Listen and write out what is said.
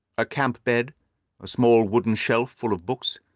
a camp-bed, a small wooden shelf full of books,